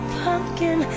pumpkin